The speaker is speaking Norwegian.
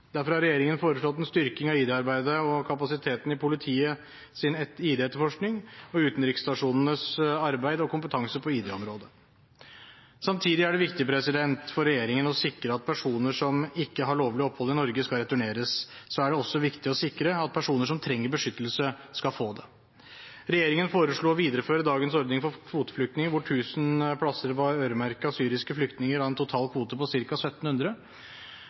Derfor har regjeringen foreslått en styrking av id-arbeidet og kapasiteten i politiets id-etterforskning og utenriksstasjonenes arbeid og kompetanse på id-området. Samtidig som det er viktig for regjeringen å sikre at personer som ikke har lovlig opphold i Norge, skal returneres, er det også viktig å sikre at personer som trenger beskyttelse, skal få det. Regjeringen foreslår å videreføre dagens ordning for kvoteflyktninger hvor 1 000 plasser var øremerket syriske flyktninger av en totalkvote på